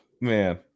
man